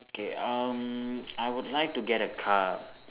okay um I would like to get a car